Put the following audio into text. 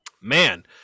Man